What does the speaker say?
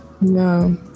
no